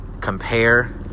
compare